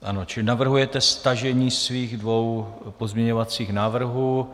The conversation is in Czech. Ano, čili navrhujete stažení svých dvou pozměňovacích návrhů.